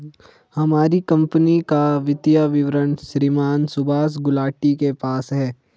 हमारी कम्पनी का वित्तीय विवरण श्रीमान सुभाष गुलाटी के पास है